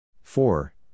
four